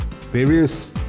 Various